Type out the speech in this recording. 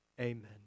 amen